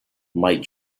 might